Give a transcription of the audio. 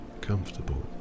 comfortable